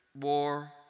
war